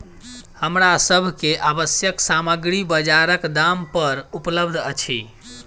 हमरा सभ के आवश्यक सामग्री बजारक दाम पर उपलबध अछि